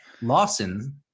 Lawson